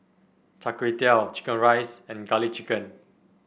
Char Kway Teow chicken rice and garlic chicken